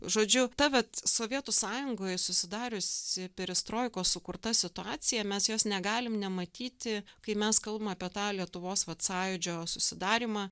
žodžiu ta vat sovietų sąjungoj susidariusi perestroikos sukurta situacija mes jos negalim nematyti kai mes kalbam apie tą lietuvos vat sąjūdžio susidarymą